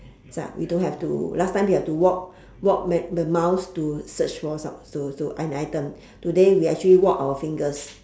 it's like we don't have to last time we have to walk walk many miles to search for some~ to to an item today we actually walk our fingers